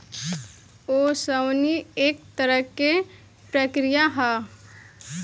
ओसवनी एक तरह के प्रक्रिया ह